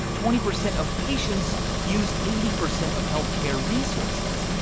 twenty percent of patients use eighty percent of health care resources.